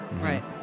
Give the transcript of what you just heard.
Right